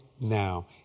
now